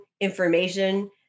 information